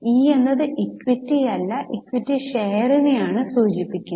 E എന്നത് equity അല്ല equity ഷെയറിനെയാണ് സൂചിപ്പിക്കുന്നത്